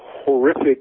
horrific